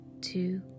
two